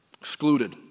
Excluded